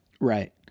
Right